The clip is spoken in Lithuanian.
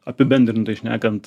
apibendrintai šnekant